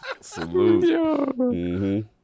Salute